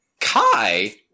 Kai